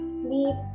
sleep